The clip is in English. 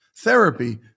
Therapy